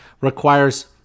requires